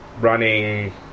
running